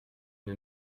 une